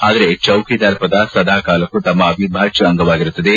ಆದರೆ ಚೌಕಿದಾರ್ ಪದ ಸದಾ ಕಾಲಕ್ಕೂ ತಮ್ಮ ಅವಿಭಾಜ್ಯ ಅಂಗವಾಗಿರುತ್ತದೆ